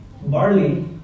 barley